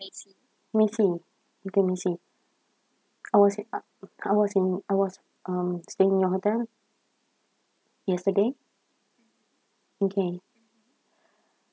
mei qi okay mei qi I was I was in I was um staying in your hotel yesterday okay